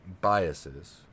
biases